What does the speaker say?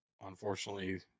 unfortunately